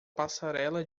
passarela